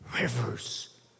rivers